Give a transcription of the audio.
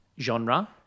genre